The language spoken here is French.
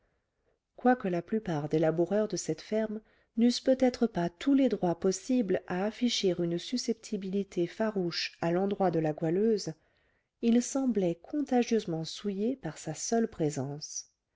quoique la plupart des laboureurs de cette ferme n'eussent peut-être pas tous les droits possibles à afficher une susceptibilité farouche à l'endroit de la goualeuse ils semblaient contagieusement souillés par sa seule présence